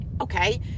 Okay